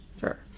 Sure